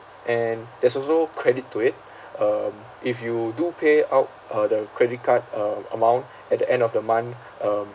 and there's also credit to it um if you do pay out uh the credit card uh amount at the end of the month um